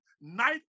night